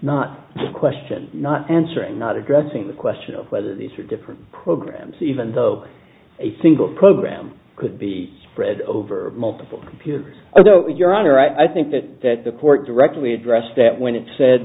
not question not answering not addressing the question of whether these are different programs even though a single program could be spread over multiple computers although your honor i think that the court directly addressed that when it said